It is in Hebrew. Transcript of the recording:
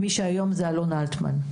מי שהיום זה אלון אלטמן,